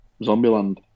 Zombieland